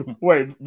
Wait